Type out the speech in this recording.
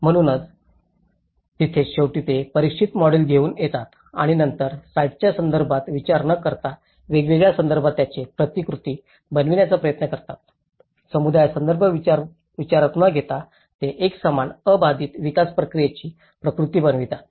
म्हणूनच तिथेच शेवटी ते परीक्षित मॉडेल घेऊन येतात आणि नंतर साइटच्या संदर्भात विचार न करता वेगवेगळ्या संदर्भात त्याचे प्रतिकृती बनवण्याचा प्रयत्न करतात समुदाय संदर्भ विचारात न घेता ते एकसमान अबाधित विकास प्रक्रियेची प्रतिकृती बनवतात